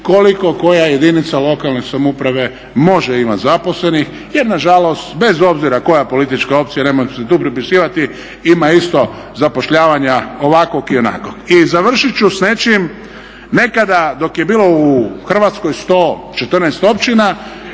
koliko koja jedinica lokalne samouprave može imat zaposlenih jer nažalost bez obzira koja politička opcija … ima isto zapošljavanja ovakvog i onakvog. I završit ću s nečim, nekada dok je bilo u Hrvatskoj 114 općina